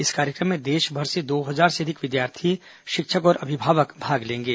इस कार्यक्रम में देशभर से दो हजार से अधिक विद्यार्थी शिक्षक और अभिभावक भाग लेंगे